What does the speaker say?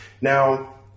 Now